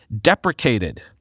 deprecated